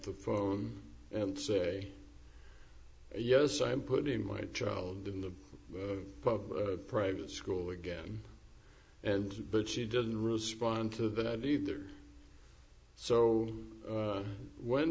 the phone and say yes i'm putting my child in the private school again and but she didn't respond to that either so when